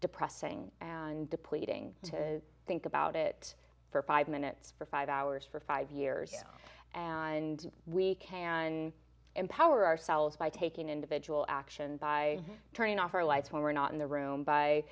depressing and depleting to think about it for five minutes for five hours for five years and we can empower ourselves by taking individual action by turning off our lights when we're not in the room by